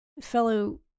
fellow